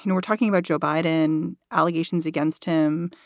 and we're talking about joe biden, allegations against him,